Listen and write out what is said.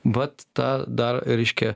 vat ta dar reiškia